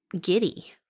giddy